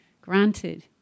granted